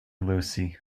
lucy